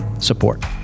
support